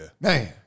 Man